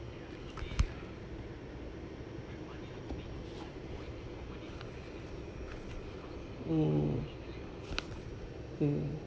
mm mm